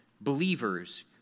Believers